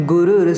Guru